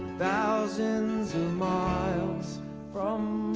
thousands of miles from